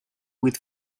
with